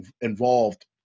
involved